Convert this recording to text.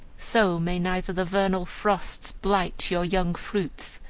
so may neither the vernal frosts blight your young fruits,